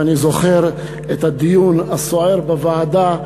ואני זוכר את הדיון הסוער בוועדה,